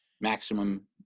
maximum